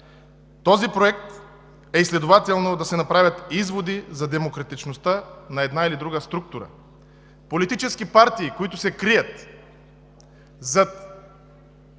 този проект е и да се направят изводи за демократичността на една или друга структура. Политически партии, които се крият зад